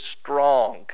strong